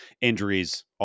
injuries